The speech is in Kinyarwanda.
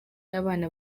abana